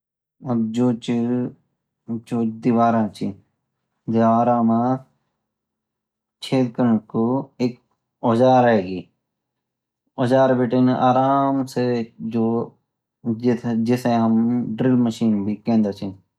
अब जोची जो दिवाराची द्वारा मा छेद करनकु एक औजार एगी औजार बीतीं आराम साई जिसे हम ड्रिलमचीने भी कंदाचिन